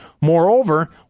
Moreover